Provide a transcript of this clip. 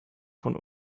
von